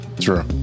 True